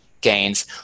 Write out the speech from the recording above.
gains